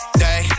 day